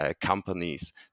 Companies